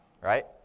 right